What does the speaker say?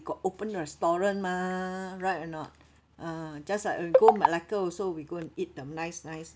got open restaurant mah right or not ah just like when we go malacca also we go and eat the nice nice